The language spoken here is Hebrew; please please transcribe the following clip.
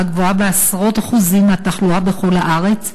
גבוהה בעשרות אחוזים מהתחלואה בכל הארץ,